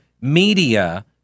media